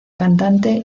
cantante